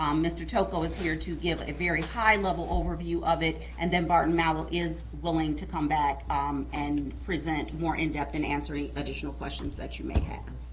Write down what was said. um mr. tocco is here to give a very high level overview of it. and then barton malow is going to come back um and present more in-depth in answering additional questions that you may have.